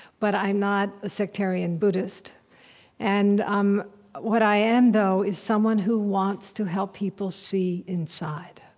but i'm not a sectarian buddhist and um what i am, though, is someone who wants to help people see inside.